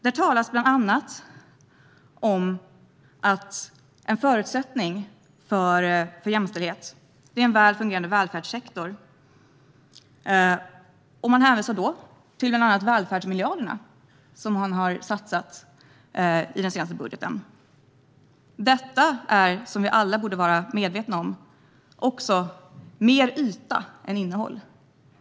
Där sägs att en förutsättning för jämställdhet är en väl fungerande välfärdssektor. Man hänvisar bland annat till välfärdsmiljarderna som har satsats i den senaste budgeten. Som vi alla borde vara medvetna om är detta också mer yta än innehåll.